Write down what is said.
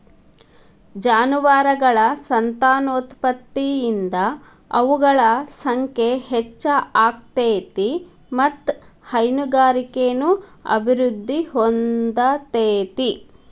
ಜಾನುವಾರಗಳ ಸಂತಾನೋತ್ಪತ್ತಿಯಿಂದ ಅವುಗಳ ಸಂಖ್ಯೆ ಹೆಚ್ಚ ಆಗ್ತೇತಿ ಮತ್ತ್ ಹೈನುಗಾರಿಕೆನು ಅಭಿವೃದ್ಧಿ ಹೊಂದತೇತಿ